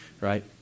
right